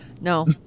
No